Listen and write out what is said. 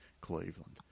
Cleveland